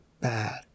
bad